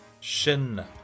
Shin